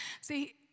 See